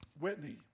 Whitney